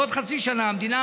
בעוד חצי שנה המדינה,